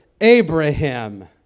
Abraham